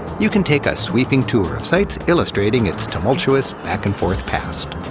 you can take a sweeping tour of sites illustrating its tumultuous back-and-forth past.